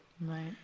Right